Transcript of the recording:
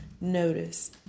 Notice